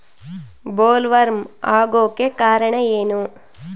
Bollworm ಆಗೋಕೆ ಕಾರಣ ಏನು?